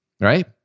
right